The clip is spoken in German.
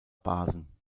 basen